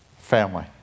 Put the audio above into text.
family